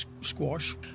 squash